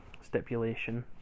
stipulation